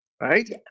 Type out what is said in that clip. right